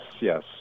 yes